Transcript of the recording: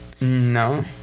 No